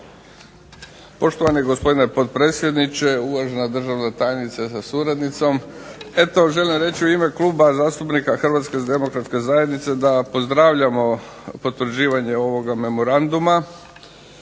Poštovani gospodine potpredsjedniče, uvažena državna tajnice sa suradnicom. Eto želim reći u ime Kluba zastupnika HDZ-a da pozdravljamo potvrđivanje ovog memoranduma,